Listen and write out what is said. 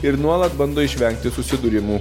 ir nuolat bando išvengti susidūrimų